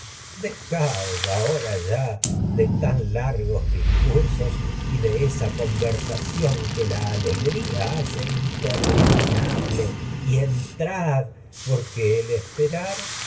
dejaos ahora ya de tan largos discursos y de esa que conversación la alegría hace interminable es un y entrad porque el salir el esperar